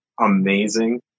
amazing